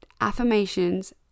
affirmations